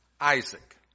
Isaac